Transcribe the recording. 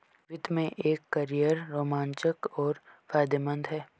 वित्त में एक कैरियर रोमांचक और फायदेमंद है